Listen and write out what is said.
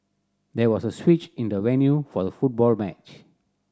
there was a switch in the venue for the football match